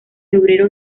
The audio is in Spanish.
obrero